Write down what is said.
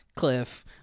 Cliff